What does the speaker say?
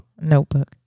Notebook